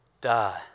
die